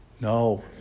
No